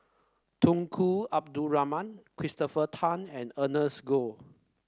Tunku Abdul Rahman Christopher Tan and Ernest Goh